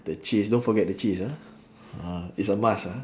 the cheese don't forget the cheese ah ah is a must ah